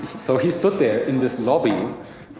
so he stood there in this lobby.